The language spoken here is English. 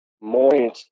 more